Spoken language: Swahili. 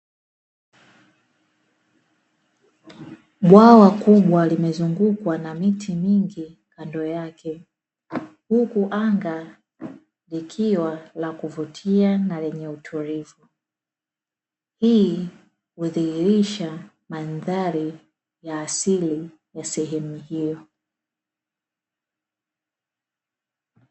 Bwawa kubwa limezungukwa na miti mingi kando yake huku anga likiwa la kuvutia na lenye utulivu. Hii hudhihirisha mandhari ya asili ya sehemu hiyo.